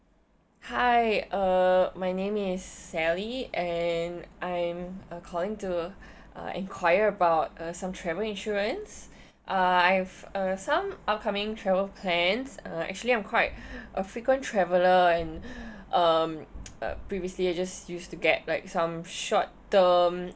hi uh my name is sally and I'm uh calling to uh inquire about uh some travel insurance uh I have uh some upcoming travel plans uh actually I'm quite a frequent traveler and um previously I just used to get like some short term